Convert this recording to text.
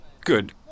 Good